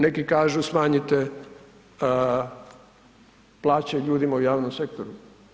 Neki kažu smanjite plaće ljudima u javnom sektoru.